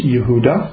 Yehuda